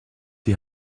die